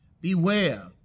Beware